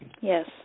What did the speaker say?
Yes